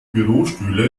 bürostühle